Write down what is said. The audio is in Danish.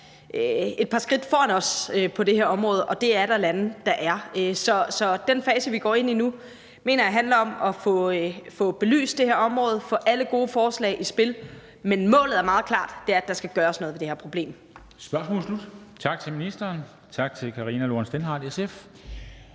et par skridt foran os på det her område, og det er der lande der er. Så den fase, vi går ind i nu, mener jeg handler om at få belyst det her område og få alle gode forslag i spil, men målet er meget klart, og det er, at der skal gøres noget ved det her problem.